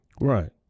Right